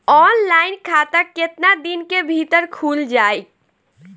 Online खाता केतना दिन के भीतर ख़ुल जाई?